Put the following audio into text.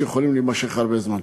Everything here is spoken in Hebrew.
שיכולים להימשך הרבה זמן.